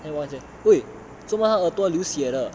then what he say !oi! 做么他的耳朵流血的